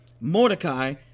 Mordecai